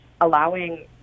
allowing